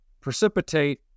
precipitate